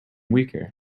weaker